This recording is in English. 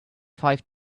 five